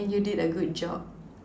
and you did a good job